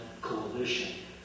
coalition